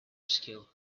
skill